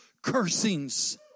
cursings